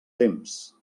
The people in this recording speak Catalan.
temps